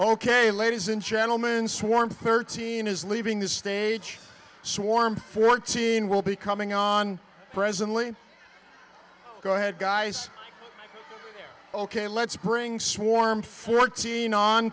ok ladies and gentlemen swarm thirteen is leaving the stage swarm fourteen will be coming on presently go ahead guys ok let's bring swarm fourteen on